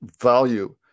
value